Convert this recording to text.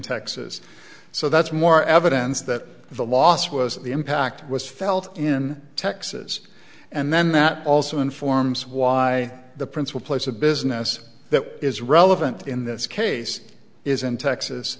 texas so that's more evidence that the loss was the impact was felt in texas and then that also informs why the principal place of business that is relevant in this case is in texas